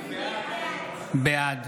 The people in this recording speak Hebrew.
בעד